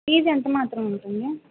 fees ఎంత మాత్రం ఉంటుంది